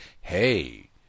Hey